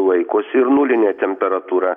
laikos ir nulinė temperatūra